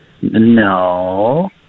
No